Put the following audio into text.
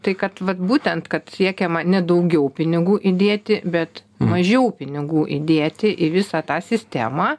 tai kad vat būtent kad siekiama ne daugiau pinigų įdėti bet mažiau pinigų įdėti į visą tą sistemą